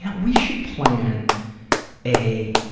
yeah we should plan a